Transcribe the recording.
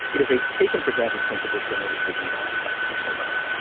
it is a taken for granted principle generally speaking about how the constitution works.